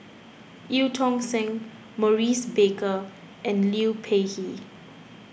Eu Tong Sen Maurice Baker and Liu Peihe